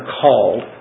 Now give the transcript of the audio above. called